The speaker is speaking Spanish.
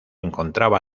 encontraba